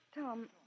Tom